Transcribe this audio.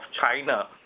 China